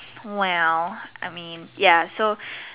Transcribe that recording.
well I mean ya so